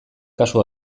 kasu